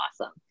awesome